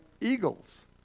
eagle's